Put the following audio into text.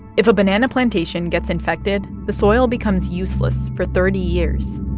if a banana plantation gets infected, the soil becomes useless for thirty years